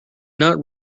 not